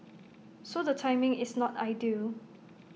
so the timing is not ideal